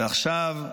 ועכשיו,